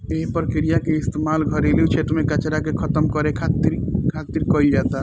एह प्रक्रिया के इस्तेमाल घरेलू क्षेत्र में कचरा के खतम करे खातिर खातिर कईल जाला